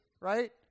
right